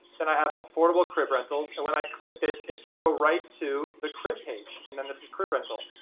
then i have affordable crib rentals, and when i click this, it's gonna go right to the crib page. and then this is crib rental.